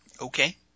Okay